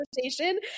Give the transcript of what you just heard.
conversation